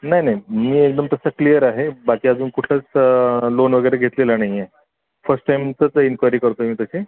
नाही नाही मी एकदम तसा क्लिअर आहे बाकी अजून कुठलंच लोन वगैरे घेतलेलं नाही आहे फस्ट टाईम इथंच इन्क्वायरी करतो आहे मी तशी